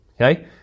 Okay